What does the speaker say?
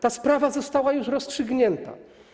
Ta sprawa została już rozstrzygnięta.